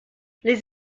les